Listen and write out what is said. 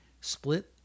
split